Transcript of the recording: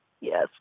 Yes